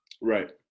Right